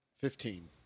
Fifteen